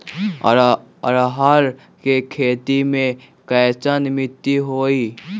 अरहर के खेती मे कैसन मिट्टी होइ?